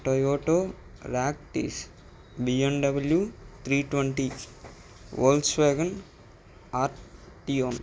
Toyota Ractis BMW three twenty Volkswagen Arteon